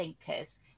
thinkers